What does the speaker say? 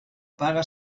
paga